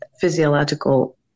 physiological